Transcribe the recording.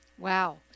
Wow